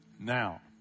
Now